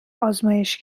آزمایش